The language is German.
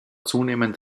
zunehmend